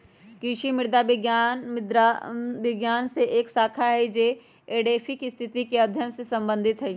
कृषि मृदा विज्ञान मृदा विज्ञान के एक शाखा हई जो एडैफिक स्थिति के अध्ययन से संबंधित हई